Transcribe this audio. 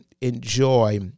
enjoy